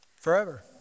forever